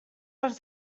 les